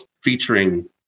featuring